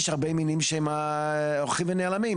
יש הרבה מינים שהם הולכים ונעלמים.